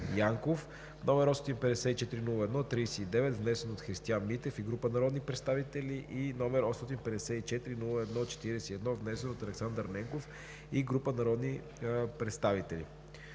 № 854-01-39, внесен от Христиан Митев и група народни представители и № 854-01-41, внесен от Александър Ненков и група народни представители.